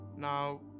Now